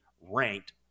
ranked